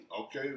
Okay